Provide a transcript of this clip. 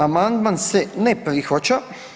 Amandman se ne prihvaća.